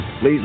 please